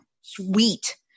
Sweet